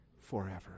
forever